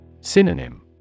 Synonym